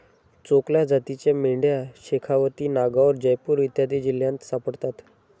चोकला जातीच्या मेंढ्या शेखावती, नागैर, जयपूर इत्यादी जिल्ह्यांत सापडतात